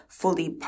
fully